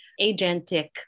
agentic